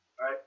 right